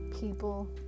people